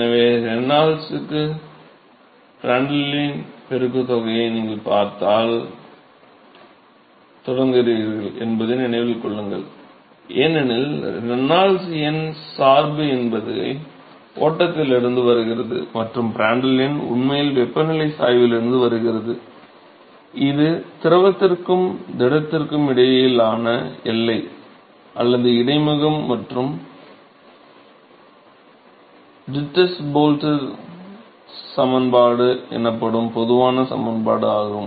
எனவே ரெனால்ட்ஸ்க்கு பிரான்டலின் பெருக்குத்தொகையை நீங்கள் பார்க்கத் தொடங்குகிறீர்கள் என்பதை நினைவில் கொள்ளுங்கள் ஏனெனில் ரெனால்ட்ஸ் எண் சார்பு என்பது ஓட்டத்தில் இருந்து வருகிறது மற்றும் பிராண்டல் எண் உண்மையில் வெப்பநிலை சாய்விலிருந்து வருகிறது இது திரவத்திற்கும் திடத்திற்கும் இடையிலான எல்லை அல்லது இடைமுகம் மற்றும் டிட்டஸ் போல்டர் சமன்பாடு எனப்படும் பொதுவான சமன்பாடு ஆகும்